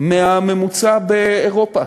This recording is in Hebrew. מהממוצע באירופה,